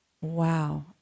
Wow